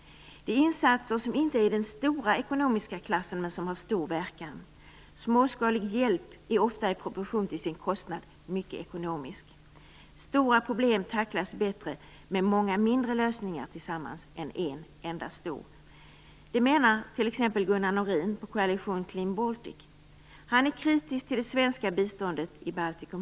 Det är insatser som inte är i den stora ekonomiska klassen men som har stor verkan. Småskalig hjälp är ofta mycket ekonomisk i proportion till sin kostnad. Stora problem tacklas bättre med många mindre lösningar tillsammans än en enda stor. Det menar t.ex. Gunnar Norin, på Coalition Clean Baltic. Han är kritisk till det svenska biståndet i Baltikum.